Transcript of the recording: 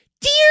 dear